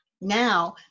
now